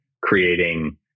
creating